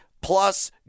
plus